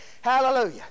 Hallelujah